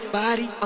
body